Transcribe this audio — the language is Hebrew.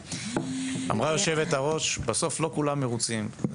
אמרה יושבת הראש שבסוף לא כולם מרוצים.